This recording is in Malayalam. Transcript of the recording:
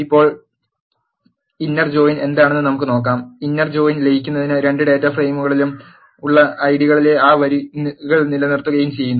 ഇപ്പോൾ ഇന്നർ ജോയിൻ എന്താണെന്ന് നമുക്ക് നോക്കാം ഇന്നർ ജോയിൻ ലയിക്കുകയും രണ്ട് ഡാറ്റാ ഫ്രെയിമുകളിലും ഉള്ള ഐഡികളിലെ ആ വരികൾ നിലനിർത്തുകയും ചെയ്യുന്നു